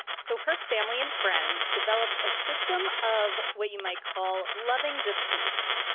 so her family and friends developed a system of what you might call loving deceit.